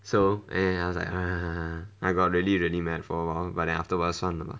so and I was like !aiya! I got really really mad for long but then afterwards 算了